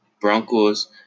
Broncos